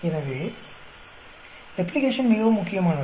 எனவே ரெப்ளிகேஷன் மிகவும் முக்கியமானது